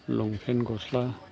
लंपेन गस्ला